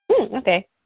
Okay